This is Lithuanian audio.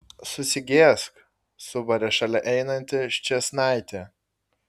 susigėsk subarė šalia einanti ščėsnaitė